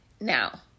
Now